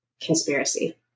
conspiracy